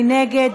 מי נגד?